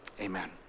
Amen